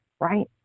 right